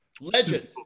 Legend